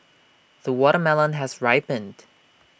the watermelon has ripened